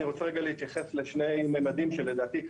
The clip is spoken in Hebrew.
אני רוצה להתייחס לשני ממדים שלדעתי,